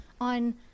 on